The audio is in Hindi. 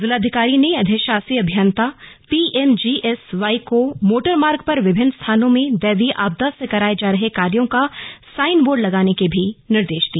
जिलाधिकारी ने अधिशासी अभियन्ता पीएमजीएसवाई को मोटर मार्ग पर विभिन्न स्थानों में दैवीय आपदा की मद से कराये जा रहे कार्यों का साइन बोर्ड लगाने के निर्देष दिए